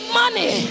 money